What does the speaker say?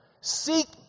Seek